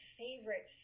favorite